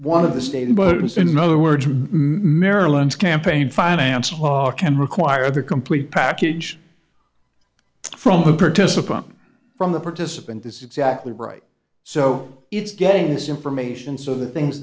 one of the stated but it's another word maryland campaign finance law can require the complete package from the participant from the participant is exactly right so it's getting this information so the things